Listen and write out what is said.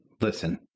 Listen